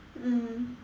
mmhmm